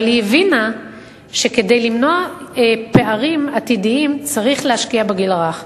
אבל היא הבינה שכדי למנוע פערים עתידיים צריך להשקיע בגיל הרך.